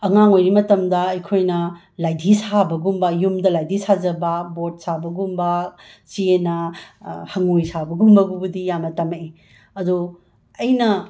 ꯑꯉꯥꯡ ꯑꯣꯏꯔꯤ ꯃꯇꯝꯗ ꯑꯩꯈꯣꯏꯅ ꯂꯥꯏꯙꯤ ꯁꯥꯕꯒꯨꯝꯕ ꯌꯨꯝꯗ ꯂꯥꯏꯙꯤ ꯁꯥꯖꯕ ꯕꯣꯠ ꯁꯥꯕꯒꯨꯝꯕ ꯆꯦꯅꯥ ꯍꯪꯉꯣꯏ ꯁꯥꯕꯒꯨꯝꯕꯗꯨꯕꯨꯗꯤ ꯌꯥꯝꯅ ꯇꯝꯃꯛꯏ ꯑꯗꯣ ꯑꯩꯅ